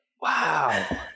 Wow